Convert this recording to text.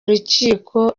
rukiko